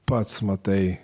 pats matai